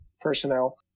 personnel